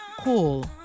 Call